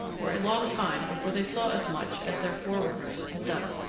were a long time before they saw as much as their forerunners had done.